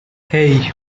hey